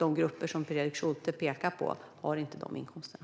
De grupper som Fredrik Schulte pekar på har inte de inkomsterna.